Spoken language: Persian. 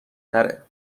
تره